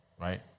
Right